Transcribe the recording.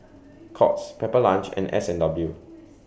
Courts Pepper Lunch and S and W